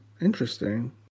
Interesting